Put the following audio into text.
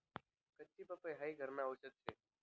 कच्ची पपई हाई घरन आवषद शे